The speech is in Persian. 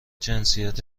جنسیت